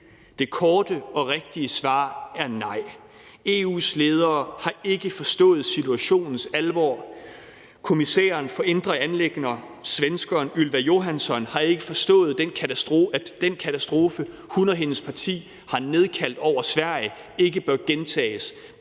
Det korte og rigtige svar er nej. EU's ledere har ikke forstået situationens alvor. Kommissæren for indre anliggender, svenskeren Ylva Johansson, har ikke forstået, at den katastrofe, som hun og hendes parti har nedkaldt over Sverige, ikke bør gentages